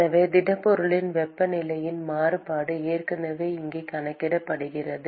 எனவே திடப்பொருளின் வெப்பநிலையின் மாறுபாடு ஏற்கனவே இங்கே கணக்கிடப்பட்டுள்ளது